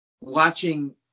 watching